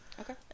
Okay